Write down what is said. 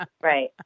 Right